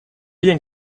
bien